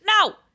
no